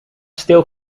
stil